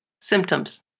symptoms